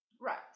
Right